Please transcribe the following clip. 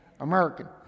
American